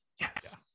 Yes